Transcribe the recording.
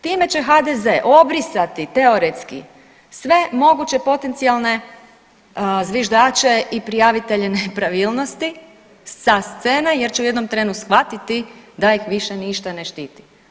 Time će HDZ obrisati teoretski sve moguće potencijalne zviždače i prijavitelje nepravilnosti sa scene jer će u jednom trenu shvatiti da ih više ne štiti.